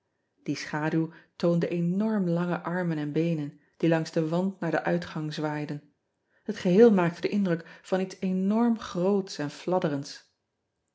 ie schaduw toonde enorm lange armen en beenen die langs den wand naar den uitgang zwaaiden et geheel maakte den indruk van iets enorm groots en fladderends